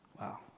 Wow